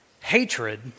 hatred